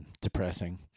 depressing